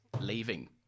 leaving